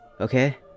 okay